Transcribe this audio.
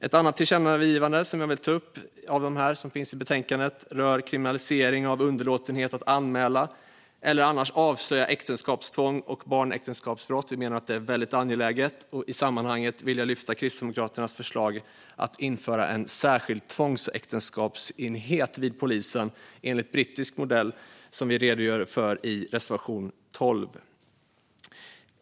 Ett annat tillkännagivande som finns i betänkandet och som jag vill ta upp rör kriminalisering av underlåtenhet att anmäla eller annars avslöja äktenskapstvång och barnäktenskapsbrott. Vi menar att detta är väldigt angeläget. I sammanhanget vill jag lyfta Kristdemokraternas förslag att införa en särskild tvångsäktenskapsenhet vid polisen, enligt brittisk modell, som vi redogör för i reservation 12.